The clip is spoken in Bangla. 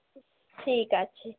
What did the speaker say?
ঠিক আছে